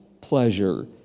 pleasure